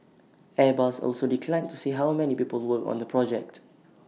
airbus also declined to say how many people work on the project